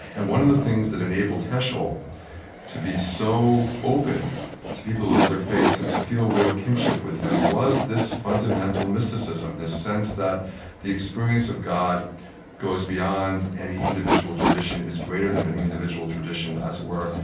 and one of the things that enabled heschel to be so open to people of other faiths and to feel real kinship with them was this fundamental mysticism this sense that the experience of god goes beyond any individual tradition, is greater than any individual tradition as it were,